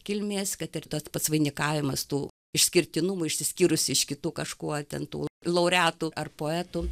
kilmės kad ir tas pats vainikavimas tų išskirtinumų išsiskyrusių iš kitų kažkuo ten tų laureatų ar poetų